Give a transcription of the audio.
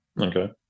Okay